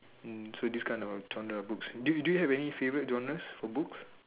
mm so this kind of genres book do you have any favorite genres of books